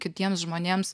kitiems žmonėms